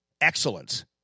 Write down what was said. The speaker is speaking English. excellence